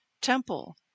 temple